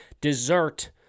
dessert